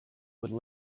would